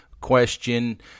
question